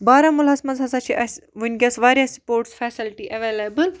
بارہمُلاہَس مَنٛز ہَسا چھ اَسہِ وِنکیٚس واریاہ سپوٹس فیسَلٹی اَیٚولیبٕل